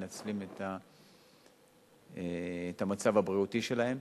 מנצלים את המצב הבריאותי שלהם.